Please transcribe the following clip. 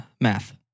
math